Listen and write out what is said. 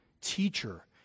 teacher